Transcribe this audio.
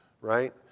right